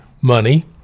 money